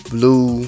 blue